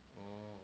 orh